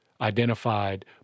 identified